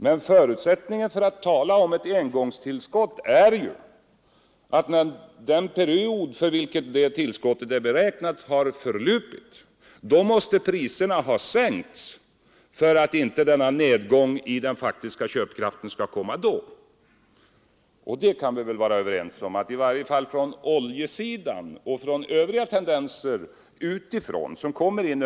Men förutsättningen för att man skall kunna tala om ett engångstillskott är, att när den period för vilken tillskottet är beräknat har förlupit, så måste priserna ha sänkts, för att inte nedgången i den faktiska köpkraften skall inträffa då i stället. Och vi kan väl vara överens om att vi inte kan hoppas på att priserna skall gå ned, i varje fall inte när det gäller oljan.